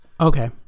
Okay